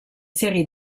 serie